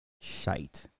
shite